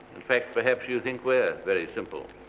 in fact perhaps you think we're very simple,